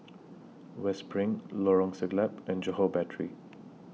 West SPRING Lorong Siglap and Johore Battery